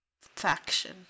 faction